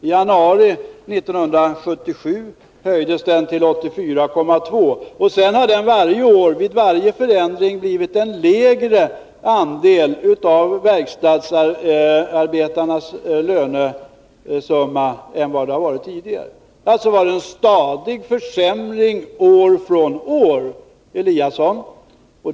I januari 1977 fastställdes den till 84,2 20. Sedan har den varje år vid varje förändring blivit en lägre andel av verkstadsarbetarnas lönesumma än den varit tidigare. Det har alltså skett en stadig försämring år från år, Ingemar Eliasson.